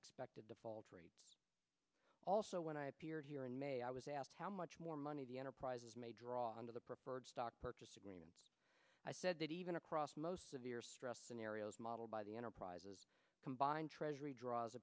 expected default rates also when i appeared here in may i was asked how much more money the enterprises may draw under the preferred stock purchase agreement i said that even across most severe stress scenarios modeled by the enterprises combined treasury draws